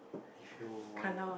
If you want